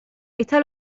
esta